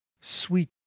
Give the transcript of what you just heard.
sweet